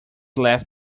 left